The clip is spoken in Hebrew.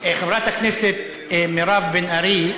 חברת הכנסת מירב בן ארי,